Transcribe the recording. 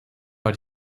war